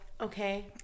okay